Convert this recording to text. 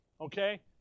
Okay